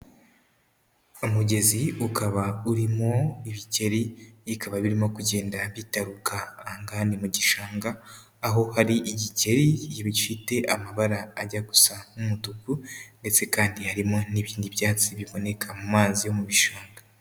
Umugezi ukaba urimo ibikeri bikaba birimo kugenda bitaruka, aha ngaha ni mu gishanga aho hari igikeri gifite amabara ajya gusa nk'umutuku ndetse kandi harimo n'ibindi byatsi biboneka mu mazi yo mu bishanga.